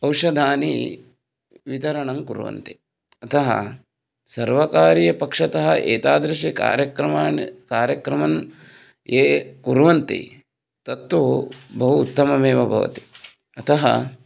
औषधानि वितरणं कुर्वन्ति अतः सर्वकारीयपक्षतः एतादृशान् कार्यमान् कार्यक्रमान् ये कुर्वन्ति तत्तु बहु उत्तममेव भवति अतः